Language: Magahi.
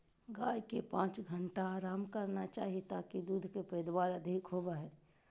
गाय के पांच घंटा आराम करना चाही ताकि दूध के पैदावार अधिक होबय